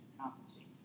compensate